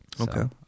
Okay